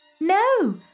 No